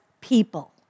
people